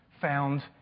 found